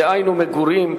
דהיינו מגורים,